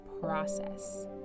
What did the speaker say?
process